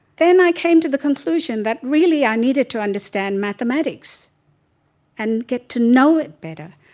then i came to the conclusion that really i needed to understand mathematics and get to know it better.